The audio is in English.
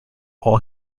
all